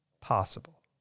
possible